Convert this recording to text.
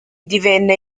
divenne